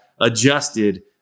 adjusted